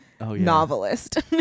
novelist